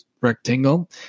rectangle